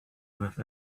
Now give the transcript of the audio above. with